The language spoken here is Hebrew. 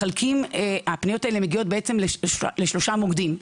הפניות האלה מגיעות לשלושה מוקדים,